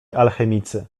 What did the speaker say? alchemicy